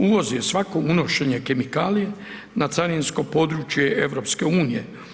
Uvoz je svako unošenje kemikalije na carinsko područje Europske unije.